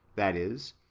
that is,